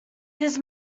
his